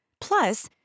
Plus